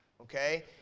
Okay